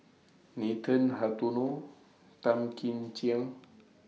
Nathan Hartono Tan Kim Ching